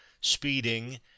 speeding